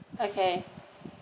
okay